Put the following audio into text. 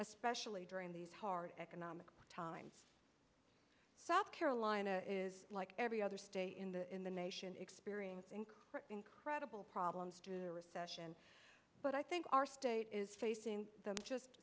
especially during these hard economic times south carolina is like every other state in the in the nation experiencing incredible problems due to recession but i think our state is facing them just